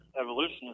evolution